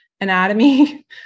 anatomy